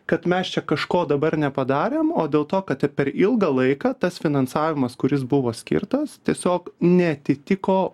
kad mes čia kažko dabar nepadarėm o dėl to kad per ilgą laiką tas finansavimas kuris buvo skirtas tiesiog neatitiko